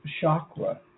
chakra